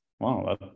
Wow